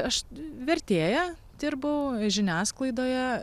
aš vertėja dirbau žiniasklaidoje